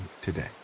today